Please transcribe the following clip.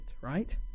right